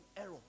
error